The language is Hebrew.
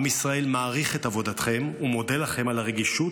עם ישראל מעריך את עבודתכם ומודה לכם על הרגישות,